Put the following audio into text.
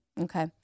Okay